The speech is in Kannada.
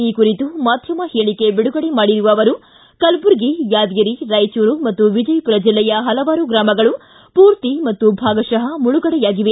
ಈ ಕುರಿತು ಮಾಧ್ಯಮ ಹೇಳಿಕೆ ಬಿಡುಗಡೆ ಮಾಡಿರುವ ಅವರು ಕಲಬುರಗಿ ಯಾದಗಿರಿ ರಾಯಚೂರು ಮತ್ತು ವಿಜಯಪುರ ಜೆಲ್ಲೆಯ ಹಲವಾರು ಗ್ರಾಮಗಳು ಪೂರ್ತಿ ಮತ್ತು ಭಾಗಶಃ ಮುಳುಗಡೆಯಾಗಿವೆ